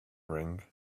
ring